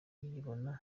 iyibona